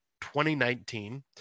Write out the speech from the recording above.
2019